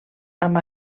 amb